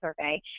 survey